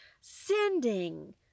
sending